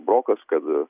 brokas kad